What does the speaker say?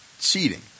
cheating